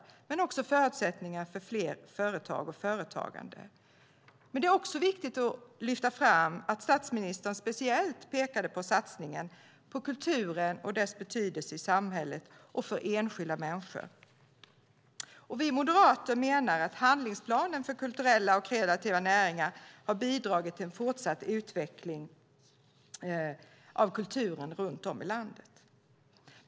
Men det ska också finnas förutsättningar för företagande och fler företag. Men det är också viktigt att lyfta fram att statsministern speciellt pekade på satsningen på kulturen och dess betydelse i samhället och för enskilda människor. Vi moderater menar att handlingsplanen för kulturella och kreativa näringar har bidragit till en fortsatt utveckling av kulturen runt om i landet.